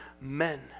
men